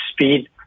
speed